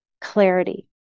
clarity